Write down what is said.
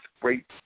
great